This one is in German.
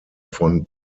von